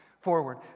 Forward